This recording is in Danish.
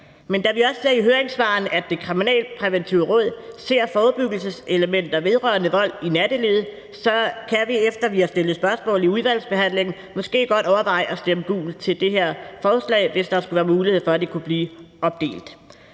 Men da vi også ser i høringssvarene, at Det Kriminalpræventive Råd ser forebyggelseselementer vedrørende vold i nattelivet, kan vi, efter vi har stillet spørgsmål i udvalgsbehandlingen, måske godt overveje at stemme gult til det her forslag, hvis der skulle være mulighed for, at det kunne blive opdelt.